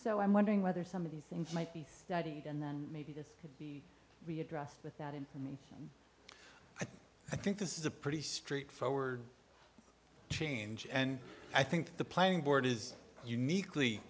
so i'm wondering whether some of these things might be studied and then maybe this could be readdressed with that information i think this is a pretty straightforward change and i think the planning board is uniquely